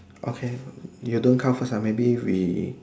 okay you don't count first ah maybe we